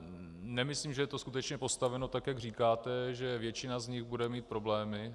Nemyslím, že je to skutečně postaveno, jak říkáte, že většina z nich bude mít problémy.